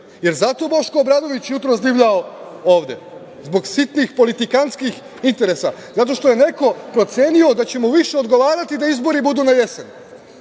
je zato Boško Obradović jutros divljao ovde, zbog sitnih politikanskih interesa, zato što je neko procenio da će mu više odgovarati da izbori budu na jesen?